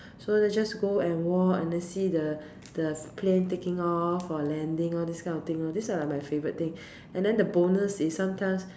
so let's just go and walk and then see the the plane taking off or landing all this kind of thing lor this are my favorite thing and then the bonus is sometimes